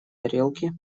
тарелки